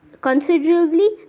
considerably